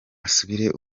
asubire